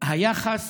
היחס